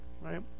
Right